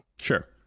Sure